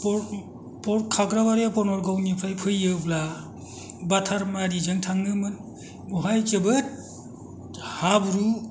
खाग्राबारि बनरगावनिफ्राय फैयोब्ला बाथारमारिजों थाङोमोन बहाय जोबोद हाब्रु